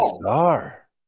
star